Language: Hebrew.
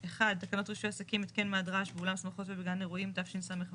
1. תקנות רישוי עסקים התקן מד רעש באולם שמחות וגן אירועים תשס"ו-2006.